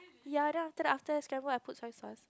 ya then after that after scramble I put soy sauce